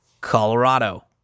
Colorado